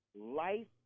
life